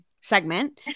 segment